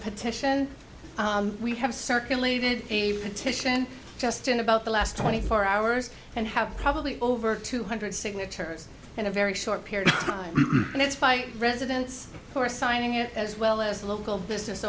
petition we have circulated the petition just in about the last twenty four hours and have probably over two hundred signatures in a very short period of time and it's by residents who are signing it as well as local business